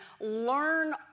learn